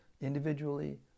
individually